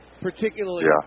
particularly